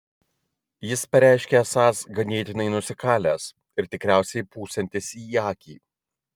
jis pareiškė esąs ganėtinai nusikalęs ir tikriausiai pūsiantis į akį